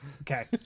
Okay